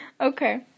Okay